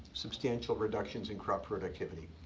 substantial reductions in crop productivity.